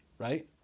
Right